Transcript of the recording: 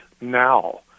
now